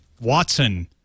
watson